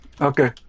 Okay